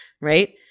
right